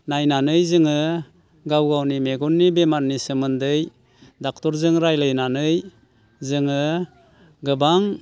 नायनानै जोङो गावगावनि मेगननि बेमारनि सोमोन्दै ड'क्टरजों रायज्लायनानै जोङो गोबां